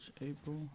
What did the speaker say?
April